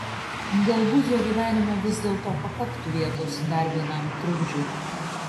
galbūt jo gyvenime vis dėlto pakaktų vietos dar vienam trukdžiui